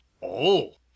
All